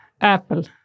apple